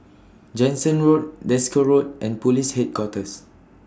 Jansen Road Desker Road and Police Headquarters